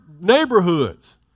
neighborhoods